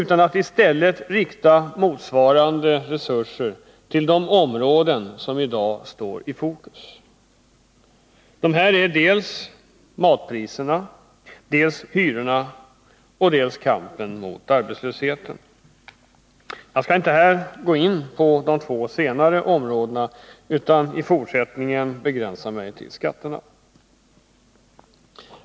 Man bör i stället rikta motsvarande resurser till de områden som i dag står i fokus: dels matpriserna, dels hyrorna och dels arbetslösheten. Jag skall här inte gå in på de två senare områdena utan i fortsättningen begränsa mig till att tala om skatterna.